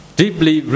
deeply